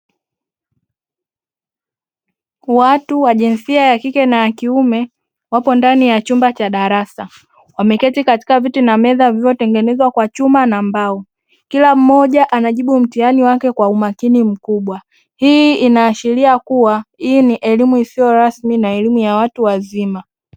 Watu wa jinsia ya kike na ya kiume wapo ndani ya chumba cha darasa wameketi katika viti na meza vilivyotengenezwa kwa chuma na mbao kila mmoja anajibu mtihani wake kwa umakini mkubwa, hii inaashiria kuwa hii ni elimu isiyo rasmi na elimu ya watu wazima.